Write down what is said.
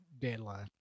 deadline